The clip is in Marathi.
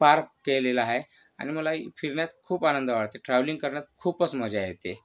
पार केलेला आहे आणि मला फिरण्यात खूप आनंद वाटते ट्रॅव्हलिंग करण्यात खूपच मजा येते